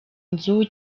nzu